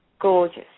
Gorgeous